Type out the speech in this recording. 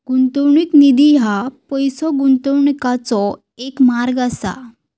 गुंतवणूक निधी ह्या पैसो गुंतवण्याचो एक मार्ग असा